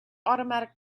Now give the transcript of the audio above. automatic